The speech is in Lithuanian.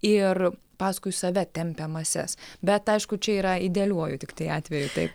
ir paskui save tempia mases bet aišku čia yra idealiuoju tiktai atveju taip